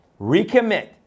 recommit